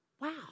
Wow